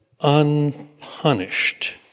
unpunished